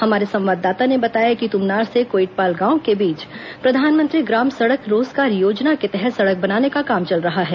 हमारे संवाददाता ने बताया कि तुमनार से कोइटपाल गांव के बीच प्रधानमंत्री ग्राम सड़क रोजगार योजना के तहत सड़क बनाने का काम चल रहा है